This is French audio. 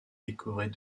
décorés